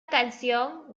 canción